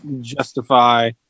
justify